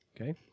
okay